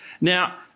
Now